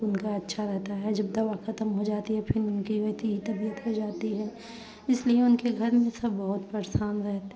उनका अच्छा रहता है जब दवा ख़त्म हो जाती है फिर उनकी वैसी ही तबीयत हो जाती है इसलिए उनके घर में सब बहुत परेशान रहते